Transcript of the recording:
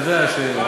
אתה יודע.